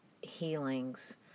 healings